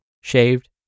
shaved